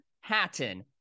Hatton